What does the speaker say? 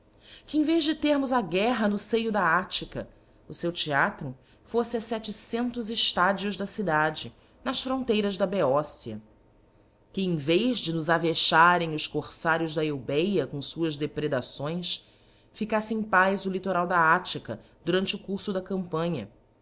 que em vez de termos a guerra no feio da attica o feu theatro foffe a fetecentos íladios da cidade nas fronteiras da beócia que em vez de nos avexarem os corfarios da eubéa com fuás depredações fícaffe em paz o litoral da attica durante o curfo da campanha